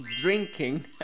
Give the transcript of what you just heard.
drinking